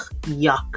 yuck